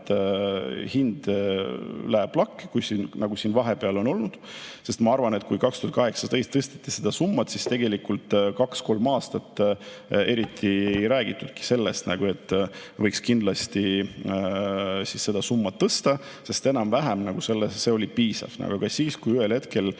hind läheb lakke, nagu siin vahepeal on olnud. Ma arvan, et kui 2018 tõsteti seda summat, siis tegelikult kaks-kolm aastat eriti ei räägitudki sellest, et võiks kindlasti seda summat tõsta, sest see oli enam-vähem piisav. Aga kui ühel hetkel